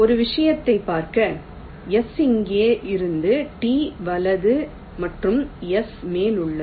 ஒரு விஷயத்தைப் பார்க்க S இங்கே இருக்கும் T வலது மற்றும் S மேல் உள்ளது